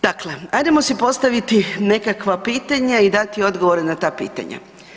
Dakle, ajdemo si postaviti nekakva pitanja i dati odgovore na ta pitanja.